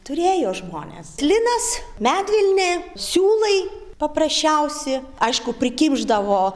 turėjo žmonės linas medvilnė siūlai paprasčiausi aišku prikimšdavo